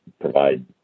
provide